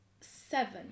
seven